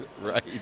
right